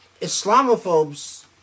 Islamophobes